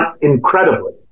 incredibly